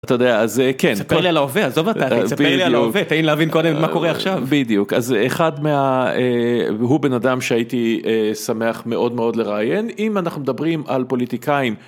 אתה יודע אז זה כן. ספר לי על ההווה, עזוב. ספר לי על ההווה, תן לי להבין קודם מה קורה עכשיו. בדיוק. אז אחד מה... הוא בן אדם שהייתי שמח מאוד מאוד לראיין אם אנחנו מדברים על פוליטיקאים.